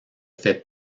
fait